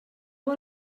vol